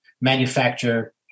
manufacture